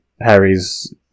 harry's